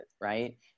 right